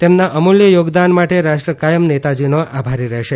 તેમના અમુલ્ય યોગદાન માટે રાષ્ટ્ર કાયમ નેતાજીનો આભારી રહેશે